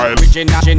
original